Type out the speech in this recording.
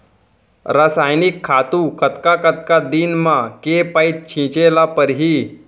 रसायनिक खातू कतका कतका दिन म, के पइत छिंचे ल परहि?